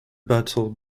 battle